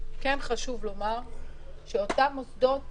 חשוב לומר שאותם מוסדות